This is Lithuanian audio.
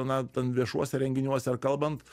na ten viešuose renginiuose ar kalbant